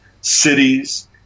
cities